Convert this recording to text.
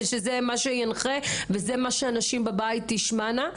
זה מה שינחלה וזה מה שנשים בבית תשמענה.